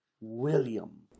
William